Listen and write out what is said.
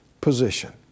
position